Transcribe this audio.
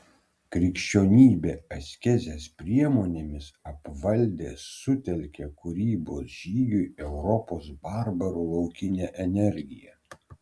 krikščionybė askezės priemonėmis apvaldė sutelkė kūrybos žygiui europos barbarų laukinę energiją